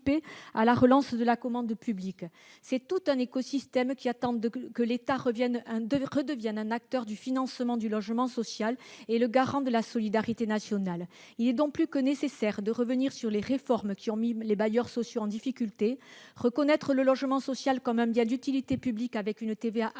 C'est tout un écosystème qui attend que l'État redevienne un acteur du financement du logement social et le garant de la solidarité nationale. Il est donc plus que nécessaire de revenir sur les réformes qui ont mis les bailleurs sociaux en difficulté : reconnaître le logement social comme un bien d'utilité publique avec une TVA à 5,5